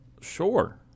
Sure